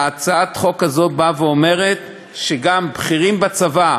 והצעת החוק הזו אומרת שגם בכירים בצבא,